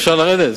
אפשר לרדת?